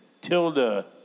Tilda